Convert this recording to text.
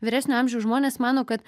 vyresnio amžiaus žmonės mano kad